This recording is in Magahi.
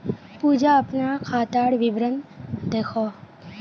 पूजा अपना खातार विवरण दखोह